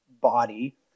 body